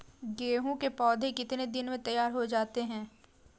गेहूँ के पौधे कितने दिन में तैयार हो जाते हैं?